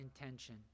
intention